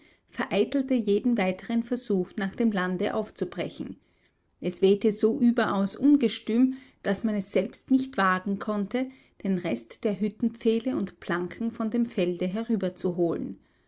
vereitelte jeden weiteren versuch nach dem lande aufzubrechen es wehte so überaus ungestüm daß man es selbst nicht wagen konnte den rest der hüttenpfähle und planken von dem felde